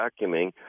vacuuming